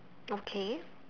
okay